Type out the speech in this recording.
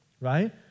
right